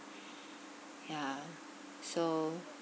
yeah so